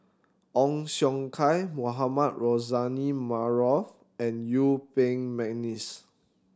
Ong Siong Kai Mohamed Rozani Maarof and Yuen Peng McNeice